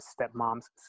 stepmom's